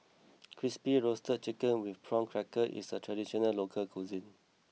Crispy Roasted Chicken with Prawn Crackers is a traditional local cuisine